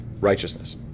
righteousness